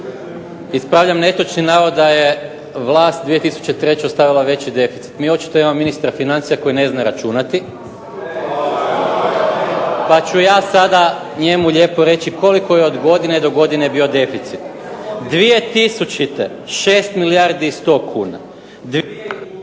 Ispravljam netočni navod da je vlast 2003. ostavila veći deficit. Mi očito imamo ministra financija koji ne zna računati pa ću ja sada njemu lijepo reći koliko je od godine do godine bio deficit. 2000-te 6 milijardi i 100 kuna,